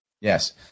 Yes